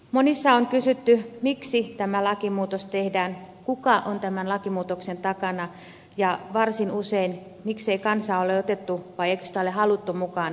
monissa on kysytty miksi tämä lakimuutos tehdään kuka on tämän lakimuutoksen takana ja varsin usein miksi ei kansaa ole otettu vai eikö sitä ole haluttu mukaan tähän keskusteluun